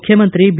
ಮುಖ್ಯಮಂತ್ರಿ ಬಿ